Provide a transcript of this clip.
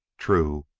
true,